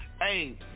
Hey